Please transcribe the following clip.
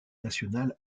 nationale